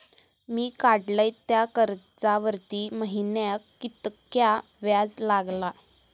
मी काडलय त्या कर्जावरती महिन्याक कीतक्या व्याज लागला?